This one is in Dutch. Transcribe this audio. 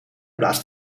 blaast